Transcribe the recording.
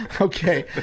Okay